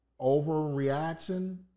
overreaction